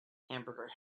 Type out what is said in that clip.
hamburger